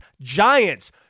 Giants